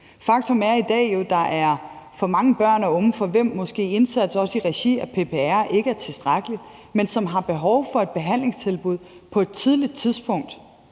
Faktum er, at der jo i dag er for mange børn og unge, for hvem en indsats i regi af PPR måske ikke er tilstrækkelig, men som har behov for et behandlingstilbud på et tidligt tidspunkt